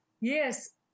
Yes